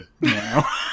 now